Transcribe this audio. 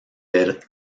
del